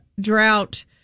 drought